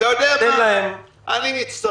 אתה יודע מה, אני מצטרף.